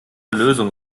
lösung